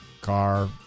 car